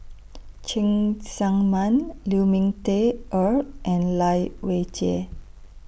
Cheng Tsang Man Lu Ming Teh Earl and Lai Weijie